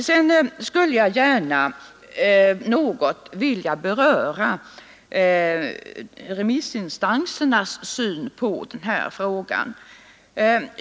Sedan skulle jag gärna något vilja beröra remissinstansernas syn på den här frågan.